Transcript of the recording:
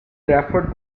referred